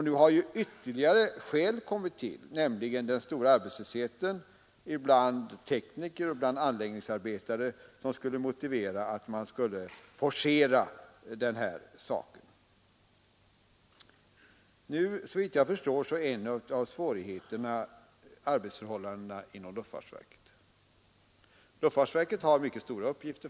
Nu har ytterligare ett motiv tillkommit för att forcera arbetet, nämligen den stora arbetslösheten bland tekniker och anläggningsarbetare. Såvitt jag förstår är en av svårigheterna de arbetsförhållanden som råder inom luftfartsverket. Verket har för närvarande mycket stora uppgifter.